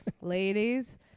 ladies